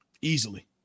easily